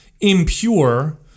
impure